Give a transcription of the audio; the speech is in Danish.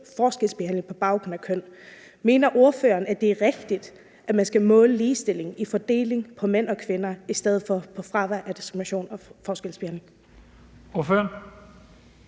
forskelsbehandling på baggrund af køn. Mener ordføreren, at det er rigtigt, at man skal måle ligestilling i fordelingen af mænd og kvinder i stedet for på fravær af diskrimination og forskelsbehandling? Kl.